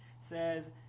says